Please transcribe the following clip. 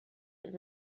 when